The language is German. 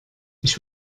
ich